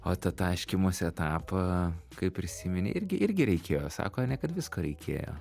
o tą taškymosi etapą kai prisimeni irgi irgi reikėjo sako ane kad visko reikėjo